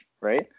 right